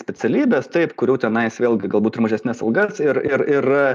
specialybes taip kurių tenais vėlgi galbūt ir mažesnes algas ir ir ir